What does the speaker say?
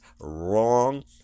wrong